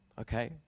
okay